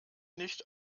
nicht